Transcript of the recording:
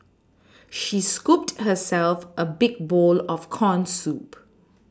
she scooped herself a big bowl of corn soup